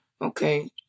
okay